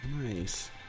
nice